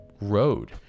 road